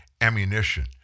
ammunition